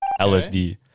lsd